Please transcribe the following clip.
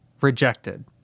rejected